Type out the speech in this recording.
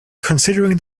considering